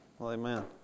amen